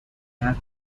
have